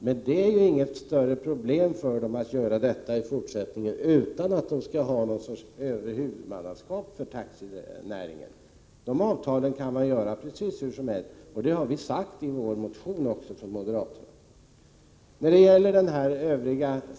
Men det är inget större problem för dem att göra det i fortsättningen utan att ha något slags huvudmannaskap för taxinäringen. De avtalen kan skrivas hur som helst, och det har vi också sagt i vår motion från moderaterna.